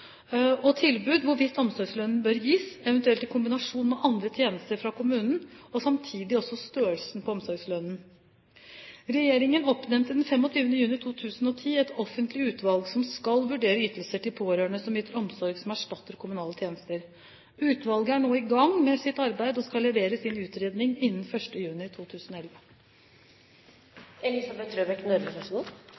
og tilbud hvorvidt omsorgslønn bør gis, eventuelt i kombinasjon med andre tjenester fra kommunen, og samtidig også størrelsen på omsorgslønnen. Regjeringen oppnevnte den 25. juni 2010 et offentlig utvalg som skal vurdere ytelser til pårørende som yter omsorg som erstatter kommunale tjenester. Utvalget er nå i gang med sitt arbeid og skal levere sin utredning innen 1. juni 2011.